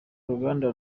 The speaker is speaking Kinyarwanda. uruganda